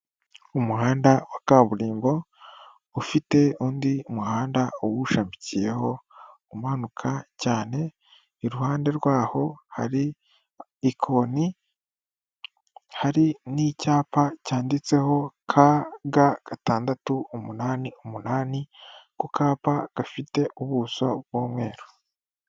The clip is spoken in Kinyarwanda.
Umuhanda wa kaburimbo ufite undi muhanda uwushamikiyeho, umanuka cyane iruhande rwaho hari ikoni hari n'icyapa cyanditseho KG gatandatu umunani umunani ako kapa gafite ubuso bw'umweru.